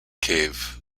cave